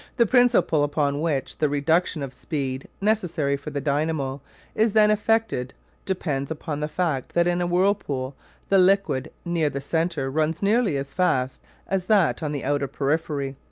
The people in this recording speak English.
the principle upon which the reduction of speed necessary for the dynamo is then effected depends upon the fact that in a whirlpool the liquid near the centre runs nearly as fast as that on the outer periphery,